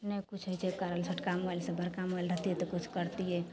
नहि किछु होइ छै करल छोटका मोबाइलसे बड़का मोबाइल रहतिए तऽ किछु करतिए